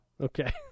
Okay